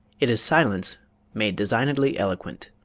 it is silence made designedly eloquent.